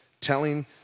telling